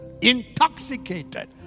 Intoxicated